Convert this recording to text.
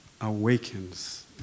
awakens